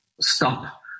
stop